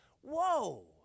Whoa